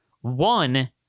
One